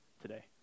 today